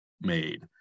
made